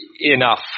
enough